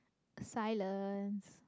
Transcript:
silence